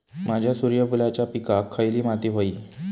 माझ्या सूर्यफुलाच्या पिकाक खयली माती व्हयी?